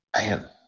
Man